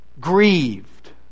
grieved